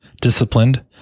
disciplined